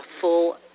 full